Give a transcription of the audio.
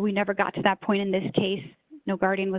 we never got to that point in this case no guardian was